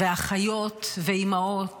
אחיות, אימהות